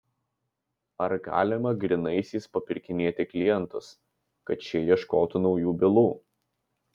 ar galima grynaisiais papirkinėti klientus kad šie ieškotų naujų bylų